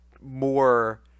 more –